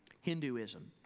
Hinduism